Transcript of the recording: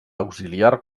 auxiliar